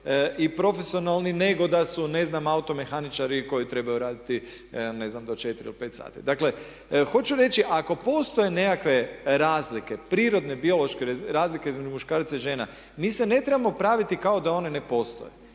i profesionalni nego da su ne znam automehaničari koji trebaju raditi, ne znam do 4 ili 5 sati. Dakle, hoću reći ako postoje nekakve razlike, prirodne, biološke razlike između muškaraca i žena, mi se ne trebamo praviti kao da one ne postoje.